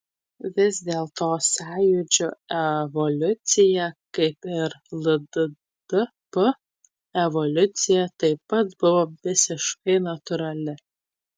vis dėlto sąjūdžio evoliucija kaip ir lddp evoliucija taip pat buvo visiškai natūrali